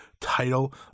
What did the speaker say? title